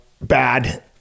bad